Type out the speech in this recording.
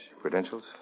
credentials